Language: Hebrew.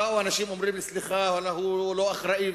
באו אנשים ואמרו לי: סליחה, הוא לא אחראי.